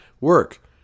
work